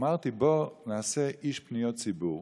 אמרתי: בוא נעשה איש פניות ציבור,